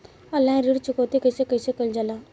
Online ऋण चुकौती कइसे कइसे कइल जाला?